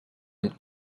und